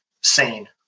sane